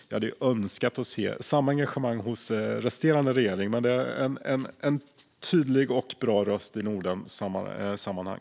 Jag hade önskat se samma engagemang hos resterande regering, för ministern är en tydlig och bra röst i Nordensammanhang.